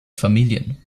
familien